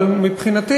אבל מבחינתי,